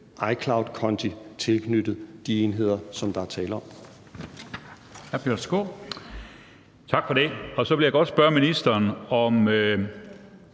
iCloudkonti tilknyttet de enheder, som der er tale om.